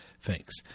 Thanks